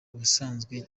ubusanzwe